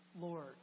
Lord